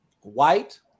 white